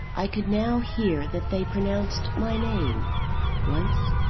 i could now hear that they pronounced my name once,